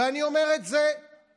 ואני אומר את זה מידיעה.